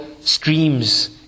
streams